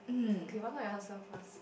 okay why not you ask them first